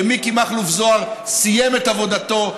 שמיקי מכלוף זוהר סיים את עבודתו,